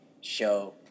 show